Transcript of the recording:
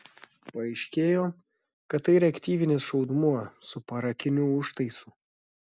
paaiškėjo kad tai reaktyvinis šaudmuo su parakiniu užtaisu